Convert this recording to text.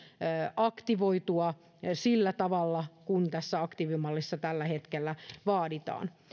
aktivoitua sillä tavalla kuin tässä aktiivimallissa tällä hetkellä vaaditaan